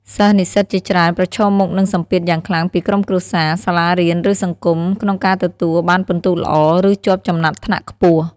សិស្សនិស្សិតជាច្រើនប្រឈមមុខនឹងសម្ពាធយ៉ាងខ្លាំងពីក្រុមគ្រួសារ សាលារៀន ឬសង្គម ក្នុងការទទួលបានពិន្ទុល្អ ឬជាប់ចំណាត់ថ្នាក់ខ្ពស់។